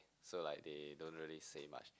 so like they don't really say much